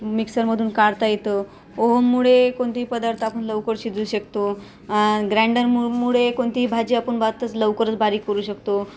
मिक्सरमधून काढता येतं ओहोममुळे कोणतेही पदार्थ आपण लवकर शिजू शकतो ग्राइंडरमुमुळे कोणतीही भाजी आपण बातच लवकरच बारीक करू शकतो